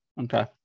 Okay